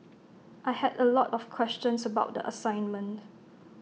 I had A lot of questions about the assignment